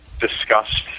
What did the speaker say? discussed